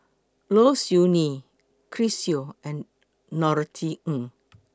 Low Siew Nghee Chris Yeo and Norothy Ng